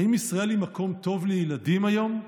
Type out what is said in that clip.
האם ישראל היא מקום טוב לילדים היום?